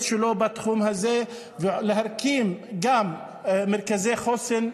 שלו בתחום הזה ולהקים גם מרכזי חוסן.